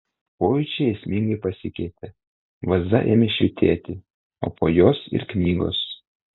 pojūčiai esmingai pasikeitė vaza ėmė švytėti o po jos ir knygos